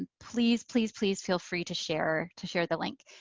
and please please please feel free to share to share the link.